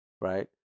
Right